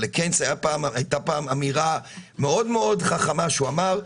אבל לקיינס הייתה פעם אמירה מאוד מאוד חכמה שהוא אמר: